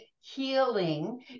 healing